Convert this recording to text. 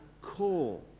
core